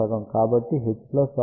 కాబట్టి h r ≃ 0